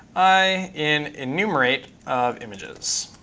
i in enumerate of images.